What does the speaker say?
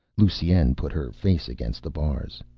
lusine put her face against the bars.